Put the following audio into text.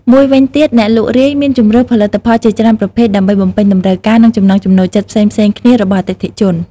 មួយវិញទៀត អ្នកលក់រាយមានជម្រើសផលិតផលជាច្រើនប្រភេទ ដើម្បីបំពេញតម្រូវការ និងចំណង់ចំណូលចិត្តផ្សេងៗគ្នារបស់អតិថិជន។